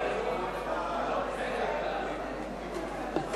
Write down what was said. בוועדת הכנסת נתקבלה.